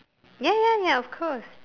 ya ya ya of course